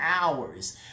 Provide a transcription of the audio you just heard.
hours